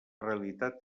realitat